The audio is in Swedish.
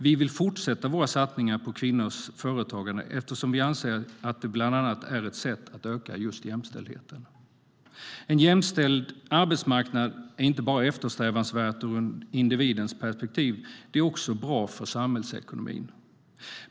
Vi vill fortsätta våra satsningar på kvinnors företagande, eftersom vi anser att det bland annat är ett sätt att öka just jämställdheten. En jämställd arbetsmarknad är eftersträvansvärd inte bara ur individens perspektiv, utan det är också bra för samhällsekonomin.